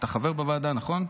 אתה חבר בוועדה, נכון?